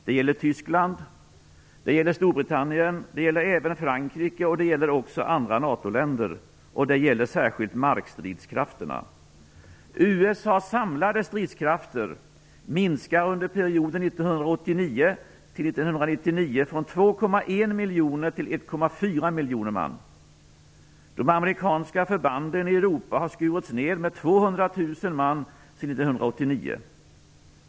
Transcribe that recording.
Det gäller Tyskland, Storbritannien och även Frankrike och andra NATO-länder. Det gäller särskilt markstridskrafterna. USA:s samlade stridskrafter minskar under perioden 1989-1999 från 2,1 miljoner till 1,4 miljoner man. De amerikanska förbanden i Europa har skurits ned med 200 000 man sedan 1989.